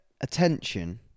attention